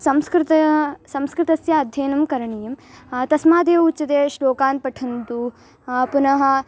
संस्कृतं संस्कृतस्य अध्ययनं करणीयं तस्मादेव उच्यते श्लोकान् पठन्तु पुनः